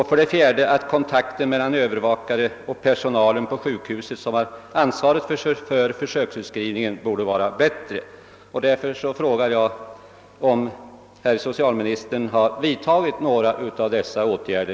För det fjärde framhölls att kontakten mellan övervakarna och den personal på sjukhusen som har ansvar för försöksutskrivningen borde vara bättre.